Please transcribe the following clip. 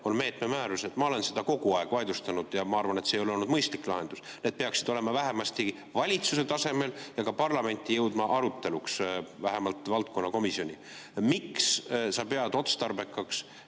on meetme määrused, ma olen kogu aeg vaidlustanud. Ma arvan, et see ei ole olnud mõistlik lahendus. Need peaksid olema vähemasti valitsuse tasemel ja jõudma ka parlamenti aruteluks, vähemalt valdkonnakomisjoni. Miks sa pead ettekandjana